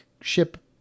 ship